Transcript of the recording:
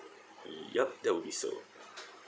yup that would be so